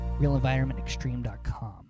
RealEnvironmentExtreme.com